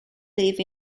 live